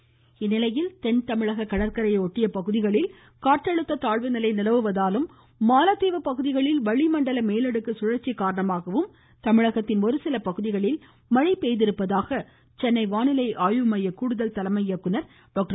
வானிலை தென் தமிழக கடற்கரையை ஒட்டிய பகுதிகளில் காற்றழுத்த தாழ்வு நிலை நிலவுவதாலும் மாலத்தீவு பகுதிகளில் வளிமண்டல மேலடுக்கு சுழற்சி காரணமாக தமிழகத்தின் ஒருசில பகுதிகளில் மழை பெய்துள்ளதாக சென்னை வானிலை ஆய்வு மைய கூடுதல் தலைமை இயக்குனர் டாக்டர்